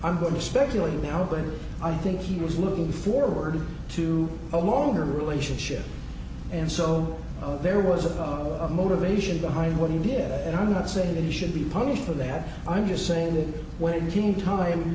i'm going to speculate now but i think he was looking forward to a longer relationship and so there was a motivation behind what he did and i'm not saying it should be punished for that i'm just saying that when it came time